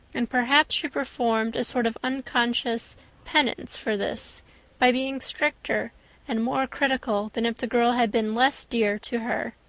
and perhaps she performed a sort of unconscious penance for this by being stricter and more critical than if the girl had been less dear to her.